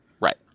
Right